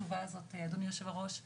שבסופו של דבר אנחנו